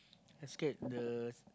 I scared the